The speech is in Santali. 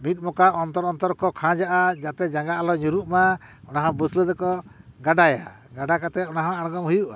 ᱢᱤᱫ ᱢᱚᱠᱟ ᱚᱱᱛᱚᱨ ᱚᱱᱛᱚᱨ ᱠᱚ ᱠᱷᱟᱸᱡᱟᱜᱼᱟ ᱡᱟᱛᱮ ᱡᱟᱸᱜᱟ ᱟᱞᱚ ᱧᱩᱨᱩᱜ ᱢᱟ ᱚᱱᱟ ᱦᱚᱸ ᱵᱟᱹᱥᱞᱟᱹ ᱛᱮᱠᱚ ᱜᱟᱰᱟᱭᱟ ᱜᱟᱰᱟ ᱠᱟᱛᱮᱫ ᱚᱱᱟ ᱦᱚᱸ ᱟᱬᱜᱚᱢ ᱦᱩᱭᱩᱜᱼᱟ